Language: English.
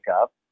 up